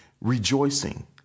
rejoicing